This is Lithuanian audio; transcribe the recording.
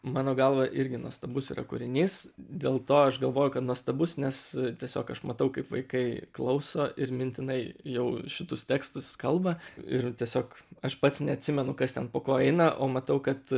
mano galva irgi nuostabus yra kūrinys dėl to aš galvoju kad nuostabus nes tiesiog aš matau kaip vaikai klauso ir mintinai jau šitus tekstus kalba ir tiesiog aš pats neatsimenu kas ten po ko eina o matau kad